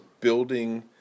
building